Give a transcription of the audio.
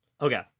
Okay